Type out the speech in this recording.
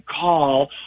call